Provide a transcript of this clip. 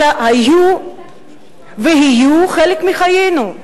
אלה היו ויהיו חלק מחיינו,